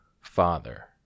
father